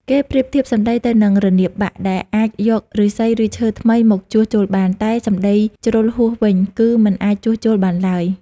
គេប្រៀបធៀបសម្តីទៅនឹង រនាបបាក់ ដែលអាចយកឫស្សីឬឈើថ្មីមកជួសជុលបាន តែ សម្ដីជ្រុលហួស វិញ គឺមិនអាចជួសជុលបានឡើយ។